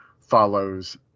follows